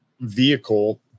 vehicle